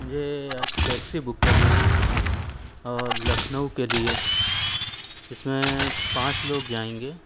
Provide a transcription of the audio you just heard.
مجھے taxi book کرنا ہے اور لکھنؤ کے لیے اس میں پانچ لوگ جائیں گے